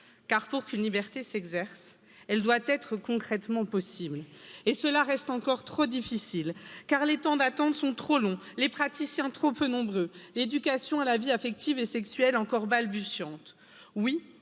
Car, pour qu'une liberté s'exerce, elle doit être concrètement possible et cela reste encore trop difficile car les temps d'attente sont trop longs, les praticiens trop peu nombreux, l'éducation à la vie affective et sexuelle encore balbutiante